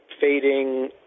fading